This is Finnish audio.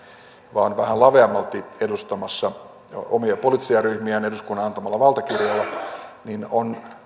vaan vähän laveammalti edustamassa omia poliittisia ryhmiään eduskunnan antamalla valtakirjalla on